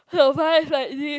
survive like this